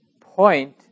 point